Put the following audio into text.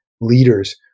leaders